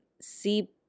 see